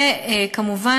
וכמובן,